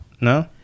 no